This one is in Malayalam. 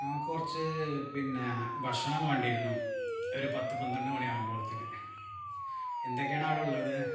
നമ്മൾക്ക് കുറച്ച് പിന്നെ ഭക്ഷണം വേണ്ടിയിരുന്നു ഒരു പത്ത് പന്ത്രണ്ടു മണിയാകുമ്പോഴത്തേക്ക് എന്തൊക്കെയാണ് അവിടെ ഉള്ളത്